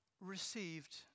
received